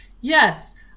Yes